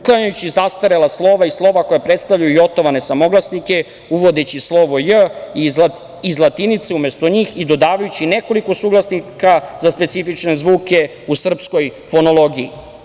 Uklanjajući zastarela slova i slova koja predstavljaju jotovane samoglasnike, uvodeći slovo J iz latinice, umesto njih, i dodavajući nekoliko suglasnika za specifične zvuke u srpskoj fonologiji.